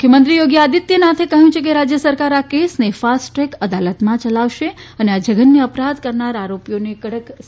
મુખ્યમંત્રી યોગી આદિત્યનાથે કહ્યું છે કે રાજ્ય સરકાર આ કેસને ફાસ્ટ ટ્રેક અદાલતમાં ચલાવશે અને આ જધન્ય અપરાધ કરનાર આરોપીઓને કડક સજા કરાશે